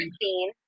scene